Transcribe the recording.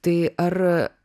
tai ar